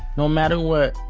no matter what.